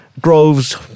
Groves